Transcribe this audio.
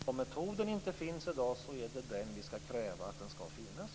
Fru talman! Om metoden inte finns i dag skall vi kräva att den skall finnas.